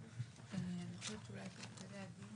כדאי לעשות את זה במקביל לדיון